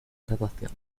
graduación